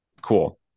Cool